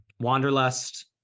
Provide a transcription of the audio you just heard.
wanderlust